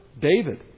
David